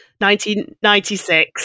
1996